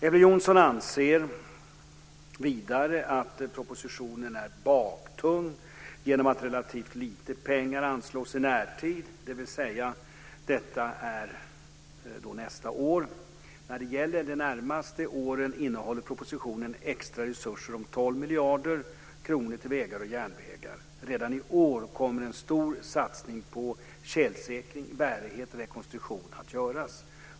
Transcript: Elver Jonsson anser vidare att propositionen är baktung genom att relativt lite pengar anslås i närtid, dvs. detta och nästa år. När det gäller de närmaste åren innehåller propositionen extra resurser om 12 miljarder kronor till vägar och järnvägar. Redan i år kommer en stor satsning på tjälsäkring, bärighet och rekonstruktion att göras.